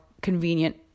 convenient